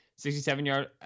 67-yard